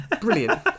Brilliant